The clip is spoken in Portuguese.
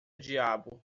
diabo